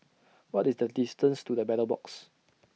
What IS The distance to The Battle Box